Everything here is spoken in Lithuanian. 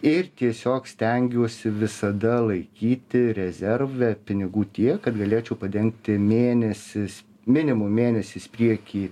ir tiesiog stengiuosi visada laikyti rezerve pinigų tiek kad galėčiau padengti mėnesis minimum mėnesis prieky